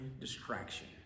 distraction